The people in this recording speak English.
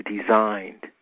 designed